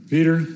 Peter